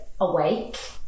awake